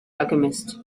alchemist